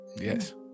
yes